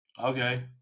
Okay